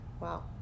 wow